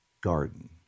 garden